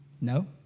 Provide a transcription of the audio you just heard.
No